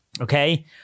okay